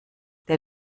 der